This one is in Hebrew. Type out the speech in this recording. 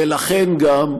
ולכן גם,